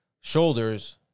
shoulders